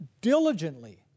diligently